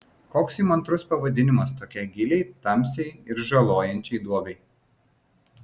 koks įmantrus pavadinimas tokiai giliai tamsiai ir žalojančiai duobei